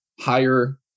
higher